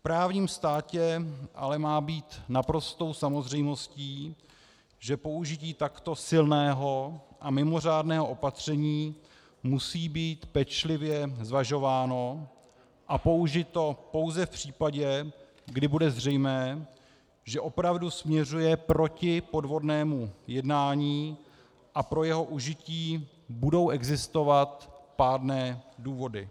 V právním státě ale má být naprostou samozřejmostí, že použití takto silného a mimořádného opatření musí být pečlivě zvažováno a použito pouze v případě, kdy bude zřejmé, že opravdu směřuje proti podvodnému jednání, a pro jeho užití budou existovat pádné důvody.